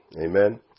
Amen